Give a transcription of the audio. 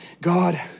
God